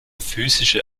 physische